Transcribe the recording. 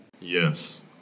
Yes